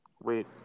Wait